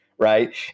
right